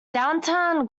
downtown